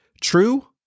true